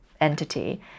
entity